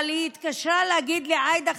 אבל היא התקשרה להגיד לי: עאידה,